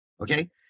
okay